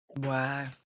Wow